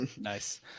nice